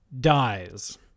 Dies